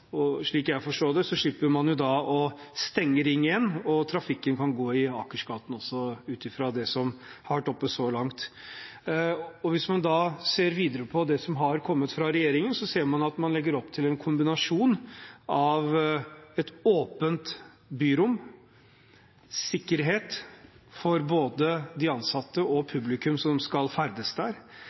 slik jeg forstår det, slipper man da å stenge Ring 1, og trafikken kan gå i Akersgaten også ut ifra det som har vært oppe så langt. Hvis man da ser videre på det som har kommet fra regjeringen, ser man at man legger opp til en kombinasjon av et åpent byrom og sikkerhet for både de ansatte og publikum som skal ferdes der.